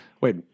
wait